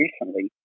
recently